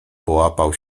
połapał